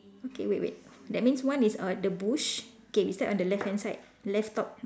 okay wait wait that means one is err the bush okay we start on the left hand side left top